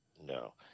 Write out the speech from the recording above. No